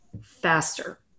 faster